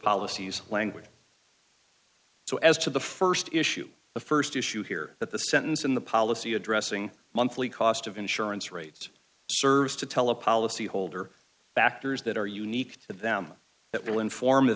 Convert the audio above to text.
policies language so as to the st issue the st issue here that the sentence in the policy addressing monthly cost of insurance rates serves to tell a policy holder factors that are unique to them that will inform